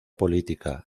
política